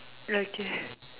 okay